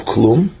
Klum